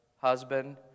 husband